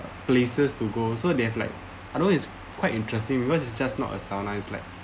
places to go so they have like I know it's quite interesting because it's just not a sauna it's like